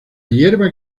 hierba